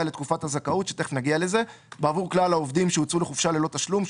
לתקופת הזכאות בעבור כלל העובדים שהוצאו לחופשה ללא תשלום,